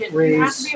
raise